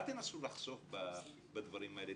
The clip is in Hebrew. אל תנסו לחסוך בדברים האלה.